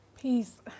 Peace